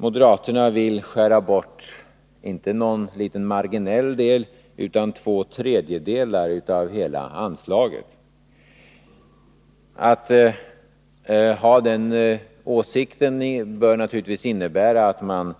Moderaterna vill skära bort, inte någon liten marginell del, utan två tredjedelar av hela anslaget. Att ha den åsikten bör naturligtvis innebära att man